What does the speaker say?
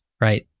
right